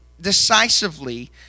decisively